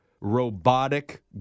robotic